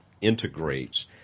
integrates